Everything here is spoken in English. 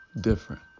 different